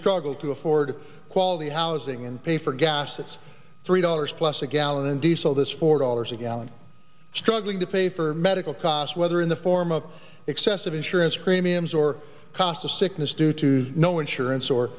struggle to afford quality housing and pay for gas that's three dollars plus a gallon in diesel that's four dollars a gallon struggling to pay for medical costs whether in the form of excessive insurance premiums or cost of sickness due to no insurance or